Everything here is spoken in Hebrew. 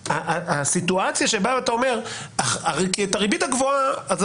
הסיטואציה שאותה אתה מתאר היא שבריבית הגבוהה אני